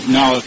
now